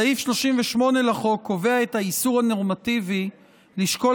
סעיף 38 לחוק קובע את האיסור הנורמטיבי לשקול